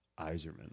Iserman